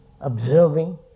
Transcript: observing